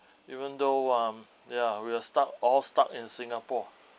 even though um ya we're stuck all stuck in singapore